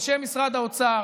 אנשי משרד האוצר,